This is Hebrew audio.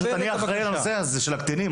אני אחראי על הנושא הזה של הקטינים,